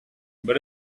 über